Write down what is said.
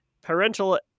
Parental